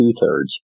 two-thirds